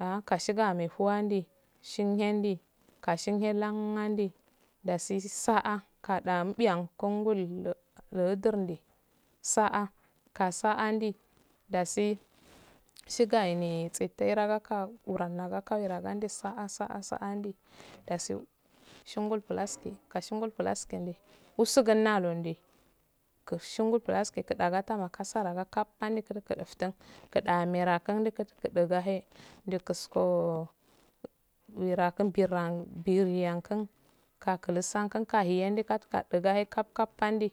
Ah kashido amefu andi un hendo ka shinehe lan dasi sa'a kadau mbiyan gongul ludurni sa kaasandi dasi shigayende tsitte ragaka wuranagaa dasi shigayende tsitte ragaka luranagaka were gando sa'a sa'a nandi dasi shingol plasye kashingo plasyende usugunno londe kushung ul plasye kidago tamakasa rango kop a kunuku kduftin kuda ame rakun kdigahe ndu kusko wira kum biron biryan kun ka dasankkun ka hiyendu kada hiyandi kap kap pandi